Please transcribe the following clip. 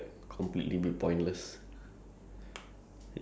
K imagine he was nice like you change him to be nice